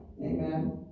Amen